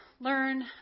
learn